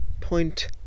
Point